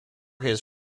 his